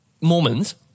Mormons